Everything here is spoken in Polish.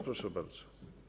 Proszę bardzo.